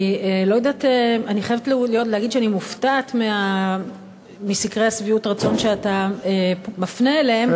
אני חייבת להגיד שאני מופתעת מסקרי שביעות הרצון שאתה מפנה אליהם,